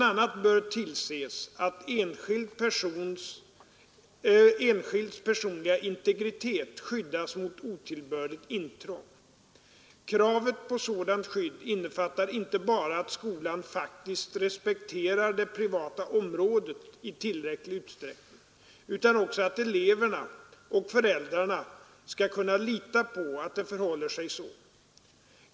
a. bör tillses att enskilds personliga integritet skyddas mot otillbörligt intrång. Kravet på sådant skydd innefattar inte bara att skolan faktiskt respekterar det privata området i tillbörlig utsträckning utan också att eleverna och föräldrarna skall kunna lita på att det förhåller sig så.